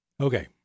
Okay